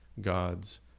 God's